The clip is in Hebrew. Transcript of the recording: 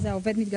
וזה לא יקרה.